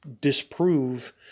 disprove